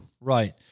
Right